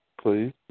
please